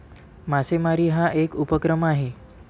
मासेमारी हा एक उपक्रम आहे